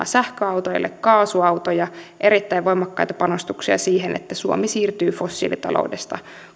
sähköautoille kaasuautoja erittäin voimakkaita panostuksia siihen että suomi siirtyy fossiilitaloudesta